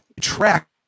Track